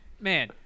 man